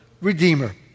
redeemer